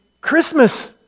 Christmas